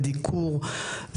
דיקור,